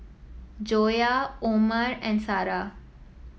Joyah Omar and Sarah